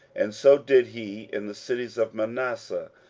and so did he in the cities of manasseh,